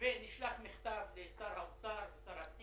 אבל ופה אני נותן אזהרה גדולה מאוד לאנשי האוצר ולאנשי הפנים